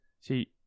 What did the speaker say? see